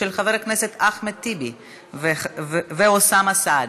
של חברי הכנסת אחמד טיבי ואוסאמה סעדי.